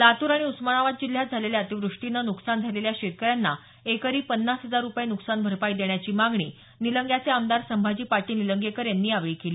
लातूर आणि उस्मानाबाद जिल्ह्यात झालेल्या अतिवृष्टीने न्कसान झालेल्या शेतकऱ्यांना एकरी पन्नास हजार रुपये न्कसान भरपाई देण्याची मागणी निलंग्याचे आमदार संभाजी पाटील निलंगेकर यांनी यावेळी केली